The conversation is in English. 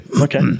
okay